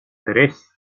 tres